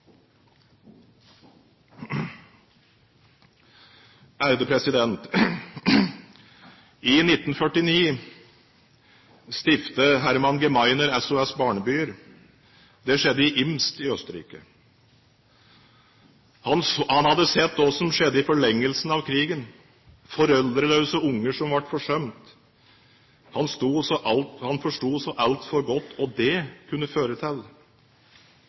I 1949 stiftet Hermann Gmeiner SOS-barnebyer. Det skjedde i Imst i Østerrike. Han hadde sett hva som skjedde i forlengelsen av krigen, foreldreløse unger som ble forsømt. Han forsto så altfor godt hva det kunne føre til.